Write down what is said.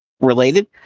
related